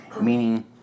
meaning